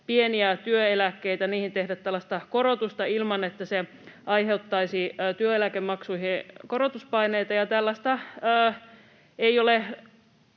pieniin työeläkkeisiin tehdä tällaista korotusta ilman, että se aiheuttaisi työeläkemaksuihin korotuspaineita, ja ei ole